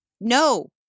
no